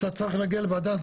אתה צריך להגיע למועצה